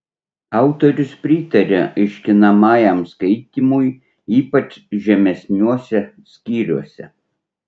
autorius pritaria aiškinamajam skaitymui ypač žemesniuose skyriuose